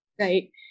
right